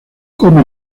come